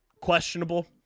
questionable